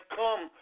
come